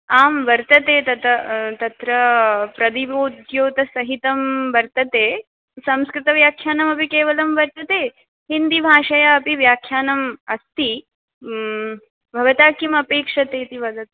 आं वर्तते तत् तत्र प्रदीपोद्योतसहितं वर्तते संस्कृतव्याख्यानमपि केवलं वर्तते हिन्दीभाषया अपि व्याख्यानम् अस्ति भवता किमपेक्ष्यते इति वदतु